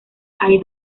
hay